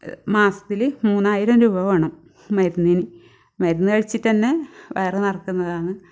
മാസത്തിൽ മൂന്നായിരം രൂപ വേണം മരുന്നിന് മരുന്ന് കഴിച്ചിട്ടുതന്നെ വയർ നിറയ്ക്കുന്നതാണ്